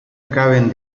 caben